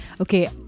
Okay